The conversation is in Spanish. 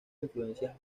influencias